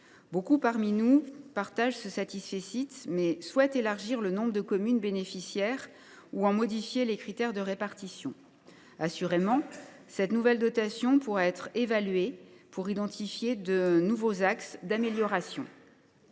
Beaucoup d’entre nous partagent ce satisfecit, mais souhaitent augmenter le nombre de communes bénéficiaires ou en modifier les critères de répartition. Assurément, cette nouvelle dotation pourra être évaluée de manière à identifier de nouveaux axes d’amélioration.